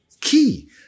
key